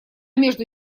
между